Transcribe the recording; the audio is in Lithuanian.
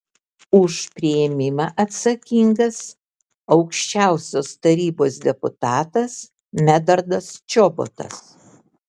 už priėmimą atsakingas aukščiausiosios tarybos deputatas medardas čobotas